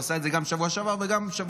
הוא עשה את זה גם בשבוע שעבר וגם השבוע.